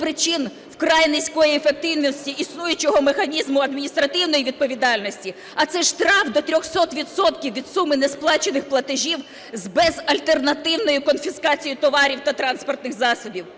причин вкрай низької ефективності існуючого механізму адміністративної відповідальності, а це штраф до 300 відсотків від суми несплачених платежів з безальтернативною конфіскацією товарів та транспортних засобів.